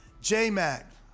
J-Mac